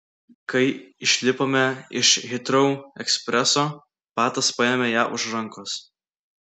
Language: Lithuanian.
kai išlipome iš hitrou ekspreso patas paėmė ją už rankos